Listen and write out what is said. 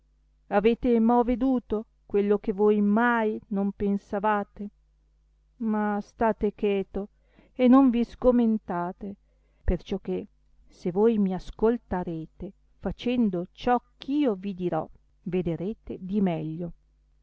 avete mo veduto quello che voi mai non pensavate ma state cheto e non vi sgomentate perciò che se voi mi ascoltarete facendo ciò ch'io vi dirò vederete di meglio